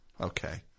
Okay